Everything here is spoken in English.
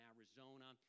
Arizona